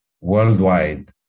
worldwide